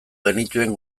genituen